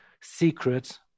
secret